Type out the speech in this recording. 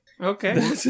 Okay